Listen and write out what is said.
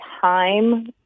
time